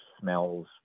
smells